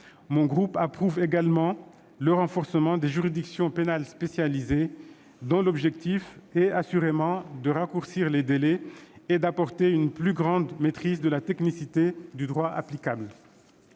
Mon groupe approuve également le renforcement des juridictions pénales spécialisées, dont l'objectif est assurément de raccourcir les délais et d'apporter une plus grande maîtrise de la technicité du droit applicable.